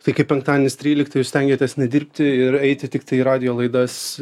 tai kai penktadienis trylikta jūs stengiatės nedirbti ir eiti tiktai į radijo laidas